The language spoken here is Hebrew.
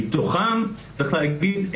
מתוכם צריך להגיד,